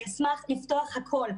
אני אשמח לפתוח הכל,